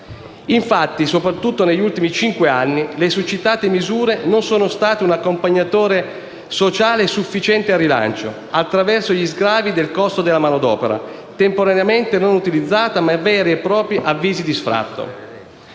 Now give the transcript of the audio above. Infatti, soprattutto negli ultimi cinque anni, le succitate misure non sono state un accompagnatore sociale sufficiente al rilancio, attraverso gli sgravi del costo della manodopera, temporaneamente non utilizzata, ma veri e propri avvisi di sfratto.